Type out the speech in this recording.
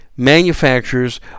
manufacturers